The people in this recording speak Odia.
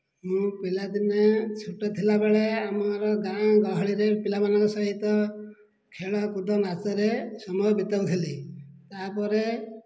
ମୁଁ ପିଲାଦିନେ ଛୋଟ ଥିଲାବେଳେ ଆମର ଗାଁ ଗହଳିରେ ପିଲାମାନଙ୍କ ସହିତ ଖେଳ କୁଦ ମାତରେ ସମୟ ବିତାଉ ଥିଲି ତା'ପରେ